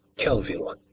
kelvil.